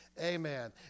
Amen